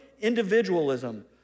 individualism